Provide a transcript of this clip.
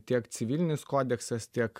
tiek civilinis kodeksas tiek